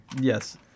Yes